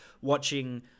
watching